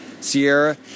Sierra